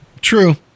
True